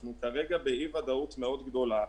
אנחנו כרגע באי ודאות מאוד גדולה.